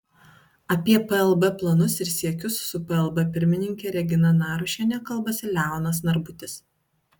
apie plb planus ir siekius su plb pirmininke regina narušiene kalbasi leonas narbutis